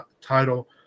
title